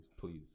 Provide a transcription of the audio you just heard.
please